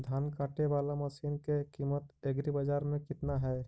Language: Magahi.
धान काटे बाला मशिन के किमत एग्रीबाजार मे कितना है?